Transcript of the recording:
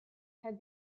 had